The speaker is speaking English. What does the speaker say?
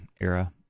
era